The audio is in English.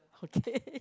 okay